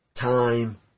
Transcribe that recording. time